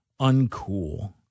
uncool